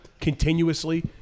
continuously